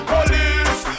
Police